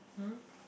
!huh!